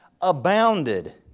abounded